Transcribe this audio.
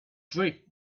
drift